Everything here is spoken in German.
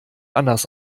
anders